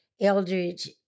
Eldridge